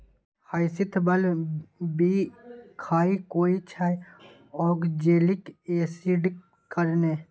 hyacinth bulb बिखाह होइ छै आक्जेलिक एसिडक कारणेँ